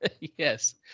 Yes